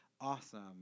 awesome